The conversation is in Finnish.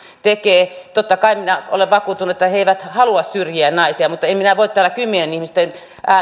tekee totta kai minä olen vakuuttunut että he eivät halua syrjiä naisia mutta en minä voi täällä kymmenien ihmisten